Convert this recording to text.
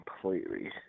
completely